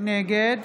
נגד